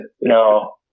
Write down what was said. No